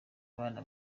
abana